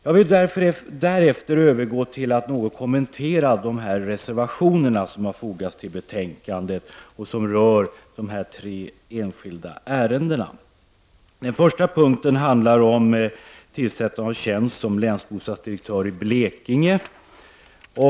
Jag övergår så till att något kommentera de reservationer som har fogats till betänkandet och som rör de tre enskilda ärendena i detta sammanhang. Först handlar det om tillsättandet av tjänst som länsbostadsdirektör i Blekinge.